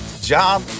job